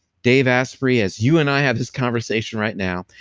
dave asprey, as you and i have this conversation right now,